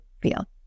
feel